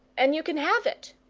and you can have it!